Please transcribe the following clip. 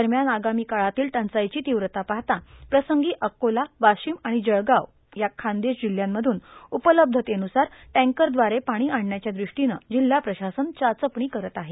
दरम्यान आगामी काळातील टंचाईची तीव्रता पाहता प्रसंगी अकोला वर्गाशम आर्गाण जळगाव खान्देश जिल्ह्यातून उपलब्धतेन्सार टँकरदवारे पाणी आणण्याच्या दृष्टोनं जिल्हा प्रशासन चाचपणी करोत आहे